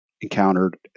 encountered